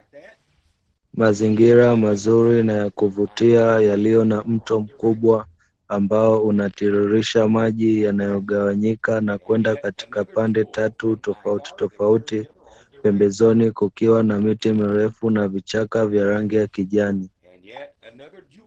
Mazingira mazuri na ya kuvutia yaliyo na mto mkubwa, ambao unatiririsha maji yanayogawanyika na kwenda katika pande tatu tofauti tofauti, pembezoni kukiwa na miti mirefu na vichaka vyenye rangi ya kijani.